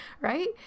right